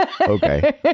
okay